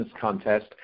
contest